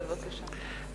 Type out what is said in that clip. בבקשה.